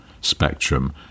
spectrum